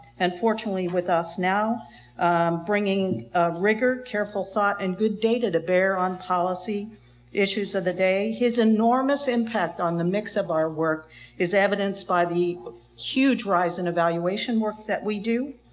and fortunately with us now bringing rigor, careful thought, and good data to bear on policy issues of the day. his enormous impact on the mix of our work is evidenced by the huge rise in evaluation work that we do.